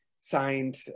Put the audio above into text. signed